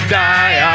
die